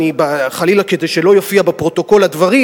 חלילה כדי שלא יופיעו בפרוטוקול הדברים,